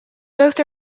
both